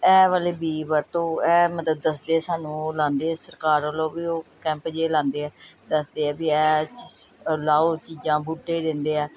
ਇਹ ਵਾਲੇ ਬੀਜ ਵਰਤੋ ਇਹ ਮਤਲਬ ਦੱਸਦੇ ਹੈ ਸਾਨੂੰ ਉਹ ਲਾਉਂਦੇ ਹੈ ਸਰਕਾਰ ਵੱਲੋਂ ਵੀ ਉਹ ਕੈਂਪ ਜਿਹੇ ਲਾਉਂਦੇ ਆ ਦੱਸਦੇ ਹੈ ਵੀ ਇਹ ਲਾਓ ਚੀਜ਼ਾਂ ਬੂਟੇ ਦਿੰਦੇ ਆ